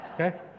okay